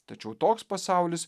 tačiau toks pasaulis